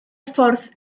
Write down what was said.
ffordd